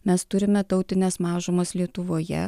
mes turime tautines mažumas lietuvoje